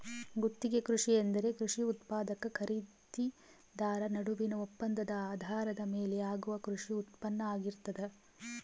ಗುತ್ತಿಗೆ ಕೃಷಿ ಎಂದರೆ ಕೃಷಿ ಉತ್ಪಾದಕ ಖರೀದಿದಾರ ನಡುವಿನ ಒಪ್ಪಂದದ ಆಧಾರದ ಮೇಲೆ ಆಗುವ ಕೃಷಿ ಉತ್ಪಾನ್ನ ಆಗಿರ್ತದ